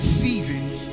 seasons